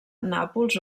nàpols